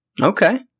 Okay